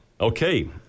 Okay